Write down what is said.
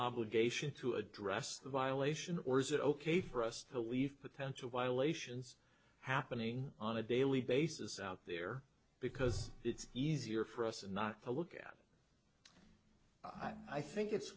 obligation to address the violation or is it ok for us to leave potential violations happening on a daily basis out there because it's easier for us not to look at i think it's